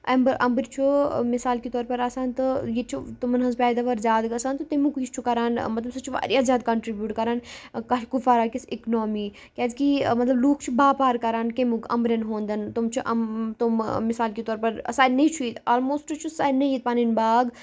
اَمبٕرۍ اَمبرۍ چھُ مِثال کے طور پَر آسان تہٕ ییٚتہِ چھُ تمَن ہٕنٛز پیداوار زیادٕ گژھان تہٕ تمیُک یہِ چھُ کَران مطلب سُہ چھُ واریاہ زیادٕ کَنٹِبیوٗٹ کَران کہ کُپوارہ کِس اِکنامی کیٛازِکہِ مطلب لوٗکھ چھِ باپار کَران کیٚمیُک اَمبر۪ن ہُنٛدَن تِم چھِ اَم تِم مِثال کے طور پَر سارنیے چھُ ییٚتہِ آلموسٹ چھُ سارنیے ییٚتہِ پَنٕنۍ باغ